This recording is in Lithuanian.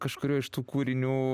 kažkurio iš tų kūrinių